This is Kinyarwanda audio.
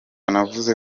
navuze